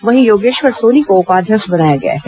वहीं योगेश्वर सोनी को उपाध्यक्ष बनाया गया है